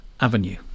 Avenue